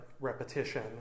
repetition